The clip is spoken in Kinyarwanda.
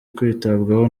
kwitabwaho